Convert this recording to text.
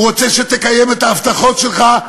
הוא רוצה שתקיים את ההבטחות שלך,